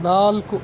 ನಾಲ್ಕು